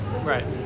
right